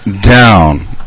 down